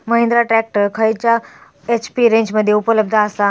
Mahindra tractor खयल्या HP रेंजमध्ये उपलब्ध आसा?